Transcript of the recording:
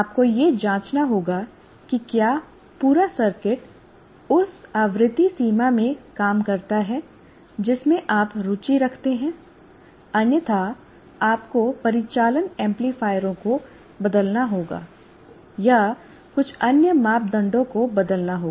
आपको यह जांचना होगा कि क्या पूरा सर्किट उस आवृत्ति सीमा में काम करता है जिसमें आप रुचि रखते हैं अन्यथा आपको परिचालन एम्पलीफायरों को बदलना होगा या कुछ अन्य मापदंडों को बदलना होगा